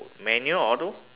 manual or auto